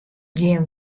gjin